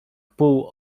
pół